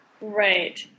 Right